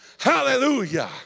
Hallelujah